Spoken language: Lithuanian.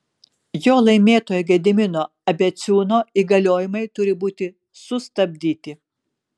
jo laimėtojo gedimino abeciūno įgaliojimai turi būti sustabdyti